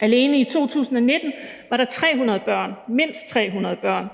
Alene i 2019 var der 300 børn, mindst 300 børn,